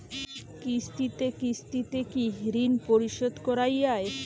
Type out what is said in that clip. কিস্তিতে কিস্তিতে কি ঋণ পরিশোধ করা য়ায়?